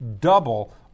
double